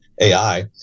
AI